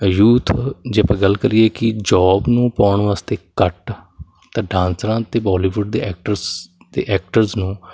youth ਜੇ ਆਪਾਂ ਗੱਲ ਕਰੀਏ ਕਿ ਜੋਬ ਨੂੰ ਪਾਉਣ ਵਾਸਤੇ ਘੱਟ ਤਾਂ ਡਾਂਸਰਾਂ ਅਤੇ ਬੋਲੀਵੁੱਡ ਦੇ ਐਕਟਰਸ ਅਤੇ ਐਕਟਰਸ ਨੂੰ